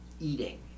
eating